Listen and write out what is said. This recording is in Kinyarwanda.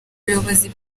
ubuyobozi